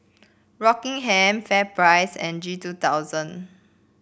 Rockingham FairPrice and G two thousand